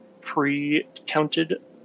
pre-counted